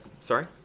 Sorry